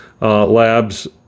labs